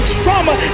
trauma